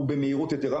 ובמהירות יתרה,